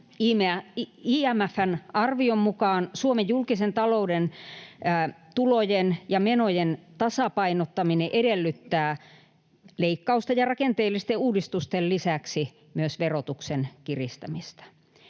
IMF:n arvion mukaan Suomen julkisen talouden tulojen ja menojen tasapainottaminen edellyttää leikkausten ja rakenteellisten uudistusten lisäksi myös verotuksen kiristämistä.